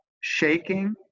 shaking